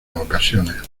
ocasiones